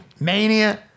Mania